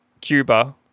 Cuba